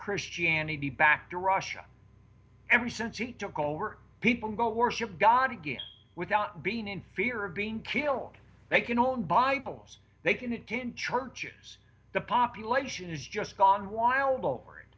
christianity he back to russia every since he took over people go worship god again without being in fear of being killed they can own bibles they can it didn't churches the population is just gone wild over it